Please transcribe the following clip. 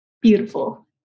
beautiful